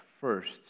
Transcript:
first